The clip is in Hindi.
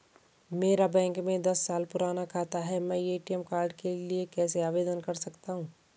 मेरा बैंक में दस साल पुराना खाता है मैं ए.टी.एम कार्ड के लिए कैसे आवेदन कर सकता हूँ?